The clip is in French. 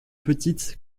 petites